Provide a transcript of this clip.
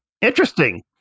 interesting